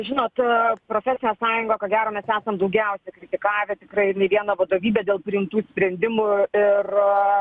žinot profesinė sąjunga ko gero mes esam daugiausia kritikavę tikrai ne vieną vadovybę dėl priimtų sprendimų ir